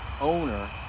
owner